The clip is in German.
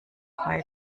frei